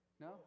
No